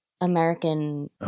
American